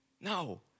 No